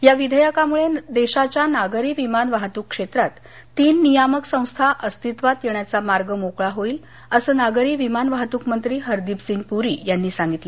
या विधेयकामुळे देशाच्या नागरी विमान वाहतूक क्षेत्रात तीन नियामक संस्था अस्तित्वात येण्याचा मार्ग मोकळा होईल असं नागरी विमान वाहतुक मंत्री हरदीपसिंग पुरी यांनी सांगितलं